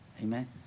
Amen